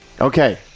okay